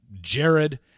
Jared